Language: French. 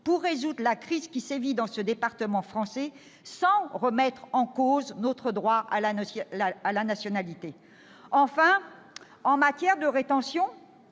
pour résoudre la crise qui sévit dans ce département français, sans remettre en cause notre droit de la nationalité. Enfin, en matière de rétention,